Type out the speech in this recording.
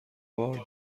بار